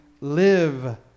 live